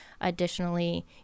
Additionally